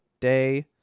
day